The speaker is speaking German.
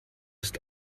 ist